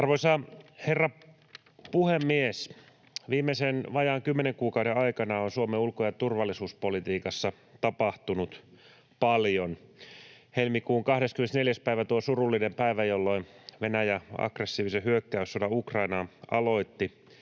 Arvoisa herra puhemies! Viimeisen vajaan 10 kuukauden aikana on Suomen ulko- ja turvallisuuspolitiikassa tapahtunut paljon. Helmikuun 24. päivä, tuo surullinen päivä, jolloin Venäjä aggressiivisen hyökkäyssodan Ukrainaan aloitti,